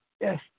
Yes